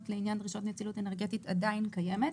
לעניין דרישות נצילות אנרגטית עדין קיימת.